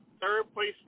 third-place